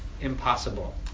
impossible